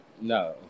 No